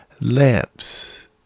lamps